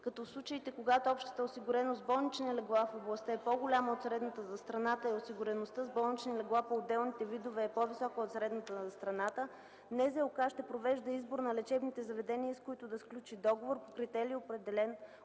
като в случаите, когато общата осигуреност с болнични легла в областта е по-голяма от средната за страната и осигуреността с болнични легла по отделните видове е по-висока от средната за страната, Националната здравноосигурителна каса ще провежда избор на лечебните заведения, с които да сключи договор по критерии, определени